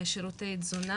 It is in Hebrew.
שירותי תזונה